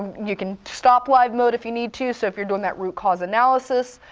you can stop live mode if you need to, so if you're doing that root cause analysis.